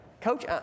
Coach